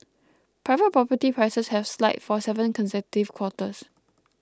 private property prices have slide for seven consecutive quarters